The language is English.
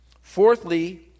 Fourthly